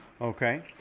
Okay